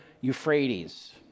Euphrates